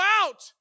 out